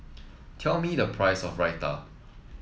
tell me the price of Raita